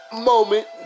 moment